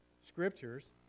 scriptures